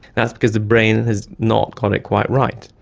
that's because the brain has not got it quite right.